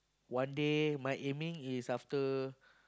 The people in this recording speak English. one day my aiming is after